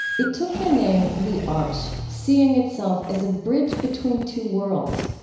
it took the name the arch, seeing itself as a bridge between two worlds.